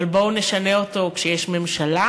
אבל בואו נשנה אותו כשיש ממשלה,